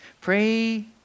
Pray